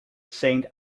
saint